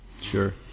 Sure